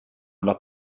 alla